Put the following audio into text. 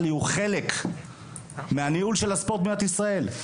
יהיו חלק מהניהול של הספורט במדינת ישראל.